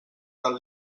del